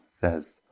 says